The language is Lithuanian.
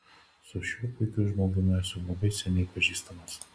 su šiuo puikiu žmogumi esu labai seniai pažįstamas